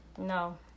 no